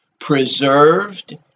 preserved